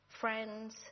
friends